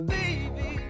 baby